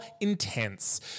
intense